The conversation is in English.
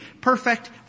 perfect